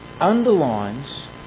underlines